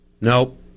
Nope